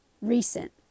Recent